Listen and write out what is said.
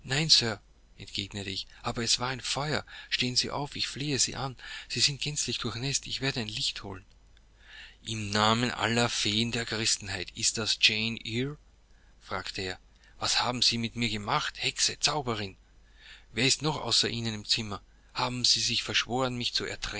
nein sir entgegnete ich aber es war ein feuer stehen sie auf ich flehe sie an sie sind gänzlich durchnäßt ich werde ein licht holen im namen aller feeen der christenheit ist das jane eyre fragte er was haben sie mit mir gemacht hexe zauberin wer ist noch außer ihnen im zimmer haben sie sich verschworen mich